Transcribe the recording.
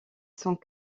sont